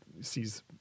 sees